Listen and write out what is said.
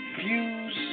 views